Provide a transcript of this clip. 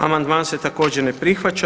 Amandman se također ne prihvaća.